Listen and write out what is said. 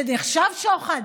זה נחשב שוחד,